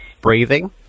breathing